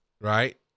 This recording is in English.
right